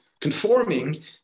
conforming